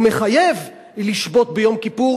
או מחייב לשבות ביום כיפור,